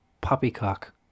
Poppycock